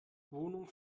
wohnung